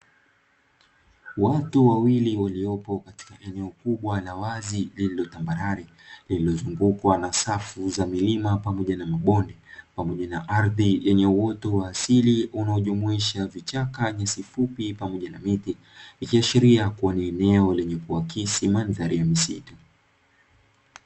Watu wawili waliopo katika eneo kubwa la wazi lililotambarare, lililozunguka na safu za milima mabonde pamoja na ardhi yenye uwoto wa asili unaojumuisha vichaka, nyasi fupi pamoja na miti. Ikiashiria ni eneo lenye kuakisi mandhari ya misitu.